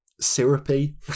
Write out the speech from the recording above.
syrupy